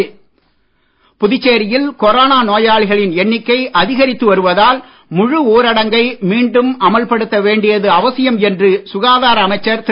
மல்லாடி புதுச்சேரியில் கொரானா நோயாளிகளின் எண்ணிக்கை அதிகரித்து வருவதால் முழு ஊரடங்கை மீண்டும் அமல்படுத்த வேண்டியது அவசியம் என்று சுகாதார அமைச்சர் திரு